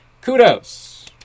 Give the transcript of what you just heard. kudos